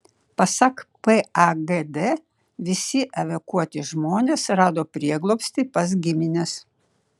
pasak pagd visi evakuoti žmonės rado prieglobstį pas gimines